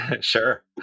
Sure